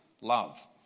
love